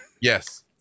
Yes